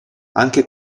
anche